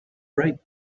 write